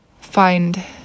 find